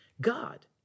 God